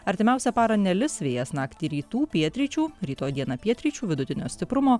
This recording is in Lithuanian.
artimiausią parą nelis vėjas naktį rytų pietryčių rytoj dieną pietryčių vidutinio stiprumo